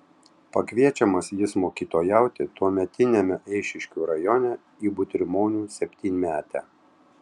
pakviečiamas jis mokytojauti tuometiniame eišiškių rajone į butrimonių septynmetę